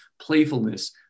playfulness